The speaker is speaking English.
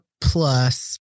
plus